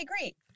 great